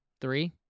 Three